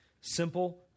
Simple